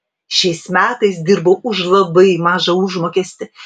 šiais metais dirbau už labai mažą užmokestį